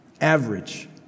average